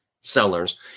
sellers